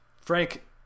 Frank